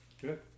Good